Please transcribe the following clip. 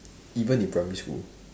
even in primary school